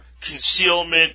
concealment